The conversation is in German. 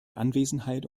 anwesenheit